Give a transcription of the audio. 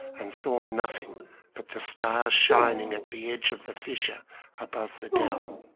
and saw nothing but the stars shining at the edge of the fissure above the dell